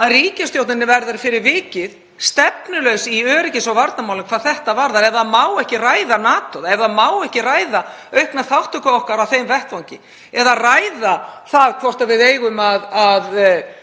að ríkisstjórninni verður fyrir vikið stefnulaus í öryggis- og varnarmálum hvað þetta varðar ef ekki má ræða NATO, ef ekki má ræða aukna þátttöku okkar á þeim vettvangi eða ræða það hvort við eigum að koma